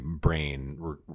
brain